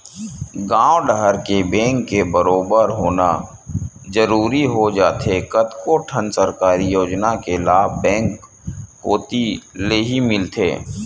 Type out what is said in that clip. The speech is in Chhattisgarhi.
गॉंव डहर के बेंक के बरोबर होना जरूरी हो जाथे कतको ठन सरकारी योजना के लाभ बेंक कोती लेही मिलथे